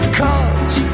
cause